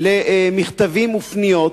על מכתבים ופניות,